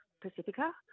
Pacifica